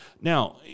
Now